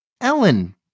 Ellen